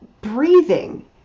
breathing